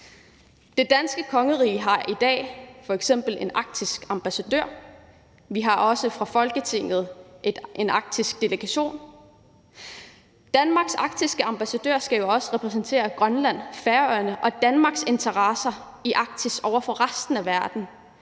Det danske kongerige har i dag f.eks. en arktisk ambassadør, og vi har også fra Folketinget en arktisk delegation. Danmarks arktiske ambassadør skal jo også repræsentere Grønland, Færøerne og Danmarks interesser i Arktis over for resten af verden,